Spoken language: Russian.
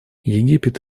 египет